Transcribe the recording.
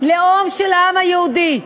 לאום של העם היהודי.